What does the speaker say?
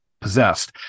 possessed